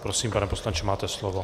Prosím, pane poslanče, máte slovo.